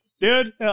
dude